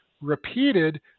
repeated